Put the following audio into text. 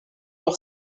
par